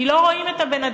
כי לא רואים את הבן-אדם.